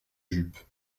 jupe